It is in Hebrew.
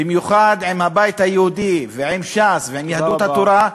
במיוחד עם הבית היהודי ועם ש"ס ועם יהדות התורה,